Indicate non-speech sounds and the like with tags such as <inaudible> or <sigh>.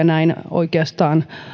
<unintelligible> näin oikeastaan